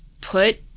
put